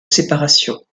séparation